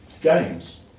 games